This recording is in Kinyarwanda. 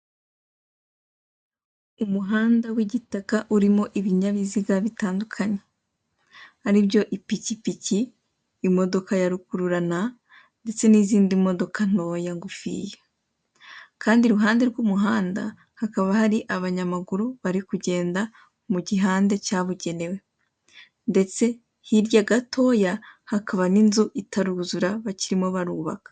Umuhanda w'igitaka urimo ibinyabiziga bitandukanye aribyo ipikipiki, imodoka ya rukururana ndetse n'izindi modoka ntoya ngufiya kandi iruhande rw'umuhanda hakaba hari abanyamaguru bari kugenda mu gihande cyabugenewe ndetse hirya gatoya hakaba hakaba n'inzu itaruzura bakirimo barubaka.